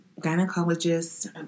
gynecologist